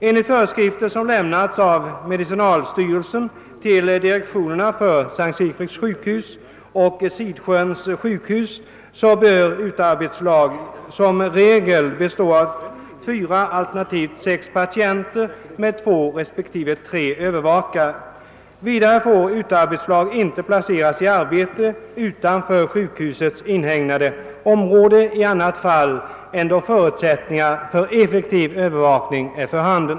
Enligt föreskrifter som lämnats av medicinalstyrelsen till direktionerna för S:t Sigfrids sjukhus och Sidsjöns sjukhus bör utearbetslag som regel bestå av fyra, alternativt sex patienter med två respektive tre övervakare. Vidare får utearbetslag inte placeras i arbete utanför sjukhusets inhägnade område i annat fall än då förutsättningar för effektiv övervakning är för handen.